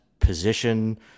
position